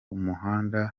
muhanda